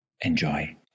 Enjoy